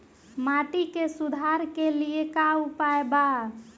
माटी के सुधार के लिए का उपाय बा?